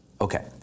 Okay